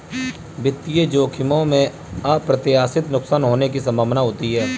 वित्तीय जोखिमों में अप्रत्याशित नुकसान होने की संभावना होती है